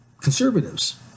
conservatives